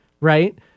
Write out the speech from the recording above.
right